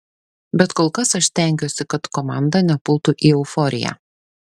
bet kol kas aš stengiuosi kad komanda nepultų į euforiją